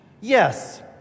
Yes